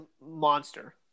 monster